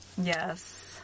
Yes